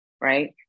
right